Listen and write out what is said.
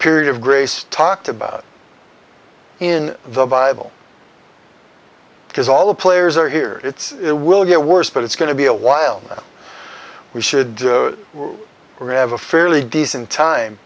period of grace talked about in the bible because all the players are here it's the will get worse but it's going to be a while we should have a fairly decent time